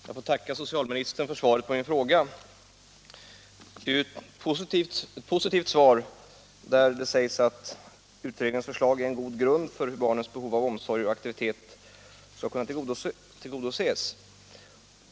Herr talman! Jag får tacka socialministern för svaret på min fråga. Det är ju ett positivt svar, där det sägs att utredningens förslag är en god grund för hur barnens behov av omsorg och aktivitet skall kunna tillgodoses.